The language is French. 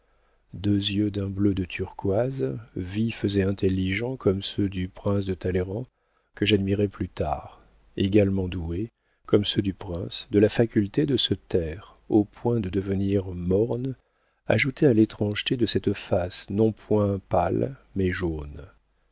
deux yeux d'un bleu de turquoise vifs et intelligents comme ceux du prince de talleyrand que j'admirai plus tard également doués comme ceux du prince de la faculté de se taire au point de devenir mornes ajoutaient à l'étrangeté de cette face non point pâle mais jaune